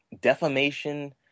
defamation